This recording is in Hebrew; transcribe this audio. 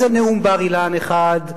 אז זה נאום בר אילן 1,